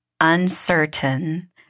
uncertain